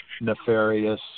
nefarious